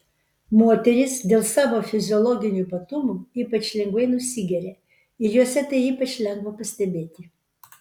moterys dėl savo fiziologinių ypatumų ypač lengvai nusigeria ir jose tai ypač lengva pastebėti